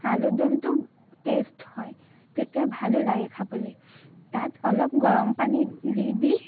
আলুৰ দমটো টেষ্ট হয় তেতিয়া ভালো লাগে খাবলৈ তাত অলপ গৰম পানী দি দি